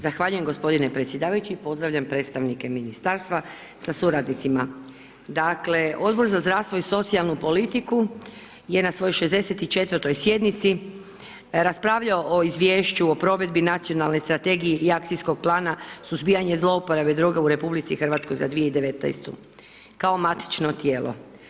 Zahvaljujem gospodine predsjedavajući, pozdravljam predstavnike ministarstva sa suradnicima, dakle Odbor za zdravstvo i socijalnu politiku je na svojoj 64. sjednici raspravljao o izvješću o provedbi Nacionalne strategije i akcijskog plana suzbijanja zlouporabe droga u RH za 2019. kao matično tijelo.